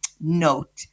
note